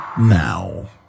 now